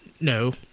no